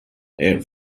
air